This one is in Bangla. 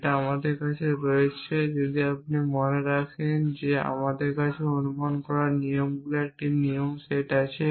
যেটা আমার কাছে রয়েছে যদি আপনি মনে রাখেন যে আমার কাছে অনুমান করার নিয়মগুলির একটি নিয়ম সেট আছে